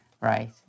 Right